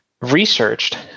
researched